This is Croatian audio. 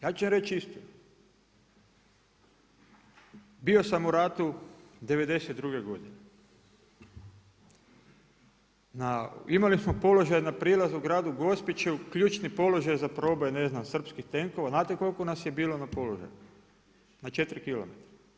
Ja ću vam reći istinu, bio sam u ratu '92. godine, imali smo položaje na prilazu gradu Gospiću, ključni položaj za proboj ne znam srpskih tenkova, znate koliko nas je bilo na položaju, na 4 km?